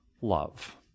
love